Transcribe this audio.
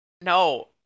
no